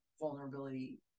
vulnerability